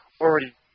already